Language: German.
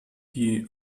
die